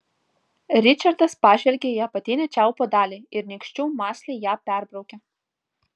ričardas pažvelgė į apatinę čiaupo dalį ir nykščiu mąsliai ją perbraukė